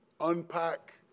unpack